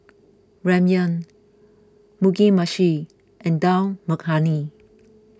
Ramyeon Mugi Meshi and Dal Makhani